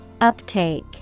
Uptake